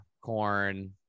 corn